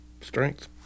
Strength